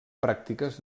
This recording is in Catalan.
pràctiques